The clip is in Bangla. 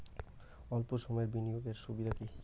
অল্প সময়ের বিনিয়োগ এর সুবিধা কি?